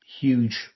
huge